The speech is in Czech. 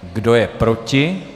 Kdo je proti?